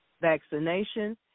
vaccination